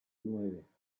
nueve